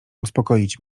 uspokoić